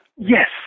Yes